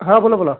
हां बोला बोला